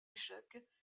échec